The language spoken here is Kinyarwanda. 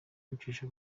kwicisha